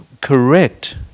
correct